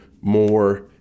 more